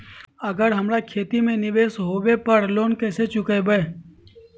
अगर हमरा खेती में निवेस होवे पर लोन कैसे चुकाइबे?